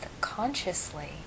consciously